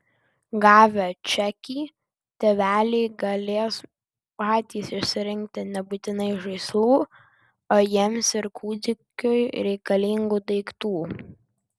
gavę čekį tėveliai galės patys išsirinkti nebūtinai žaislų o jiems ir kūdikiui reikalingų daiktų